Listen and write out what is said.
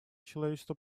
человечество